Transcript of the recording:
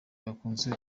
bakunze